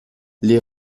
les